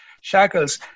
shackles